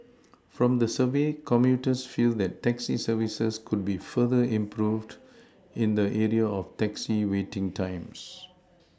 from the survey commuters feel that taxi services could be further improved in the area of taxi waiting times